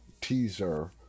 teaser